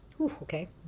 Okay